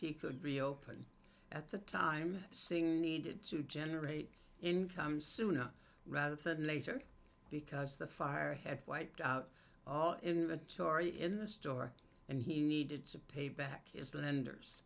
he could reopen at the time saying needed to generate income sooner rather than later because the fire had wiped out all inventory in the store and he needed to pay back its lenders